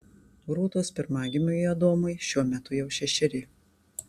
rūtos pirmagimiui adomui šiuo metu jau šešeri